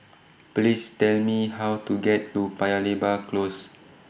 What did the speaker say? Please Tell Me How to get to Paya Lebar Close